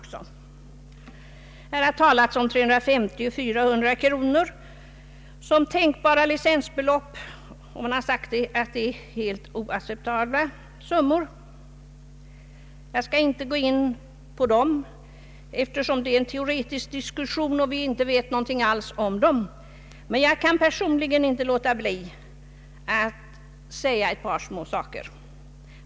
Här har talats om 350—400 kronor som tänkbara licensbelopp, och man har sagt att det är helt oacceptabla summor. Jag skall inte gå in på dem, eftersom det är en teoretisk diskussion och vi inte vet någonting om dessa summor, men jag kan inte låta bli att rent personligt framhålla ett par saker.